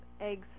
eggs